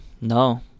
No